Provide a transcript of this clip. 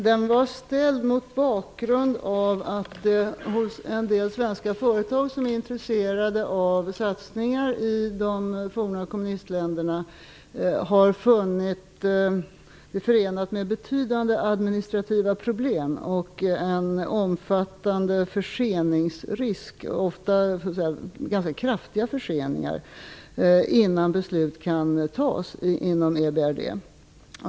Frågan ställdes mot bakgrund av att en del svenska företag som är intresserade av satsningar i de forna kommunistländerna har funnit att det är förenat med betydande administrativa problem och en omfattande förseningsrisk - ofta rör det sig om ganska kraftiga förseningar - innan beslut kan fattas inom EBRD.